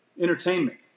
Entertainment